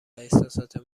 احساسات